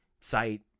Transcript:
site